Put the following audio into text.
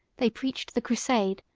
they preached the crusade,